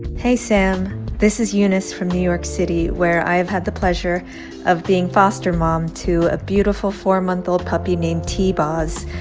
hey, sam. this is eunice from new york city, where i have had the pleasure of being foster mom to a beautiful four month old puppy named t-boz,